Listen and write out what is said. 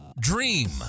Dream